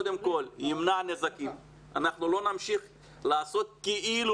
זה קודם כל ימנע נזקים ולא נמשיך להתנהג כאילו